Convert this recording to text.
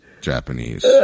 Japanese